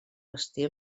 estil